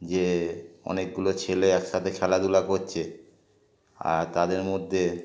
যে অনেকগুলো ছেলে একসাথে খেলাধুলা করছে আর তাদের মধ্যে